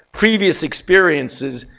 previous experiences,